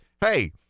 Hey